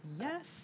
Yes